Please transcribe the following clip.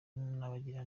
n’abagira